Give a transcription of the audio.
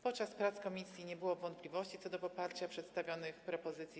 Podczas prac komisji nie było wątpliwości co do poparcia przedstawionych propozycji.